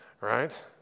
Right